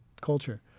culture